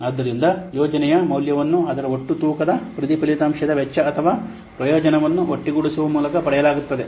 ಆದ್ದರಿಂದ ಯೋಜನೆಯ ಮೌಲ್ಯವನ್ನು ಅದರ ಒಟ್ಟು ತೂಕದ ಪ್ರತಿ ಫಲಿತಾಂಶದ ವೆಚ್ಚ ಅಥವಾ ಪ್ರಯೋಜನವನ್ನು ಒಟ್ಟುಗೂಡಿಸುವ ಮೂಲಕ ಪಡೆಯಲಾಗುತ್ತದೆ